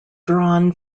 drawn